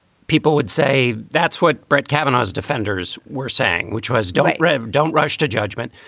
people would say that's what brett kavanaugh's defenders were saying, which was don't read. don't rush to judgment.